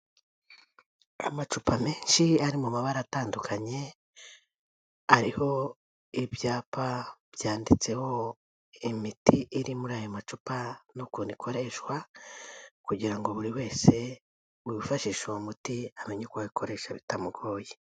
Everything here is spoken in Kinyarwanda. Amacupa menshi, ari mu mabara atandukanye, ariho ibyapa byanditseho imiti iri muri aya macupa, n'ukuntu ikoreshwa, kugira ngo buri wese wifashisha uwo muti, amenye uko ayikoresha bitamugoye.